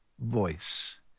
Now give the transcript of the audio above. voice